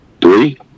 three